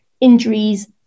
injuries